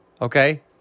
Okay